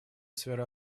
сфера